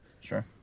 Sure